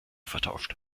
vertauscht